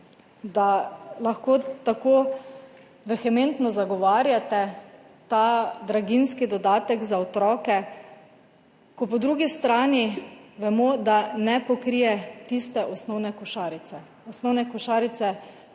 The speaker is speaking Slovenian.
da lahko tako vehementno zagovarjate ta draginjski dodatek za otroke, ko po drugi strani vemo, da ne pokrije tiste osnovne košarice življenjskih